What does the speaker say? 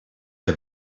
que